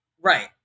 right